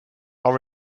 are